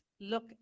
look